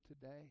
today